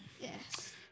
Yes